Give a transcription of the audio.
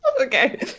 Okay